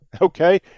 Okay